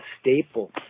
staple